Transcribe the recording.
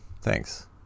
thanks